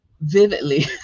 vividly